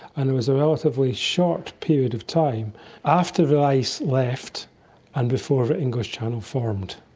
and there was a relatively short period of time after the ice left and before the english channel formed,